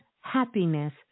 happiness